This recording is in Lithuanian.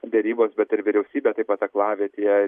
derybos bet ir vyriausybė taip pat aklavietėje